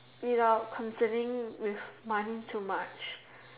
without considering with money too much